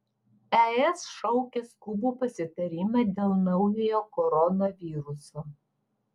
es šaukia skubų pasitarimą dėl naujojo koronaviruso